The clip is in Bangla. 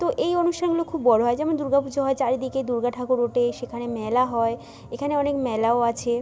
তো এই অনুষ্ঠানগুলো খুব বড়ো হয় যেমন দুর্গা পুজো হয় চারিদিকে দুর্গা ঠাকুর ওঠে সেখানে মেলা হয় এখানে অনেক মেলাও আছে